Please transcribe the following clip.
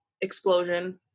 explosion